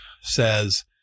says